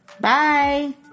Bye